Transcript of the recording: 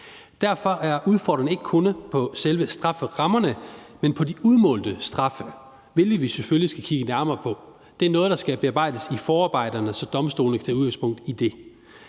Derfor er udfordringen ikke kun selve strafferammerne, men de udmålte straffe, hvilket vi selvfølgelig skal kigge nærmere på. Det er noget, der skal bearbejdes i forarbejderne, så domstolene kan tage udgangspunkt i det.